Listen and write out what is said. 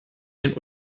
ihren